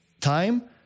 time